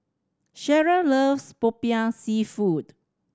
Cherryl loves Popiah Seafood